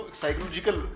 psychological